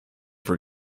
for